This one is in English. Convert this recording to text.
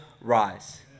rise